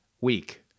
weak